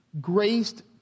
graced